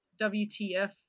WTF